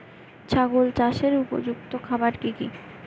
ছাগল চাষের উপযুক্ত খাবার কি কি?